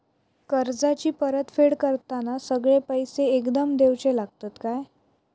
कर्जाची परत फेड करताना सगळे पैसे एकदम देवचे लागतत काय?